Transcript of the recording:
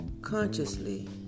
consciously